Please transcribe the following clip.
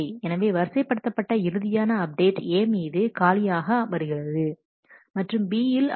எனவே வரிசைப்படுத்தப்பட்ட இறுதியான அப்டேட் A மீது காலியாக ஆக வருகிறது மற்றும் B யில் அதனுடைய வரிசையானது T1 T2